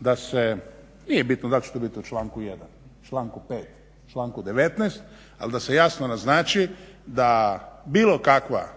da se, nije bitno dal će to biti u članku 1., članku 5., članku 9., ali da se jasno naznači da bilo kakva